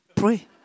Pray